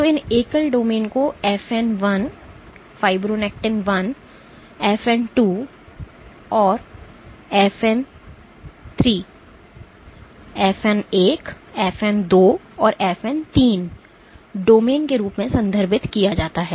तो इन एकल डोमेन को FN I FN II और FN III डोमेन के रूप में संदर्भित किया जाता है